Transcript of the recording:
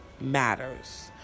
matters